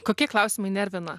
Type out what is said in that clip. kokie klausimai nervina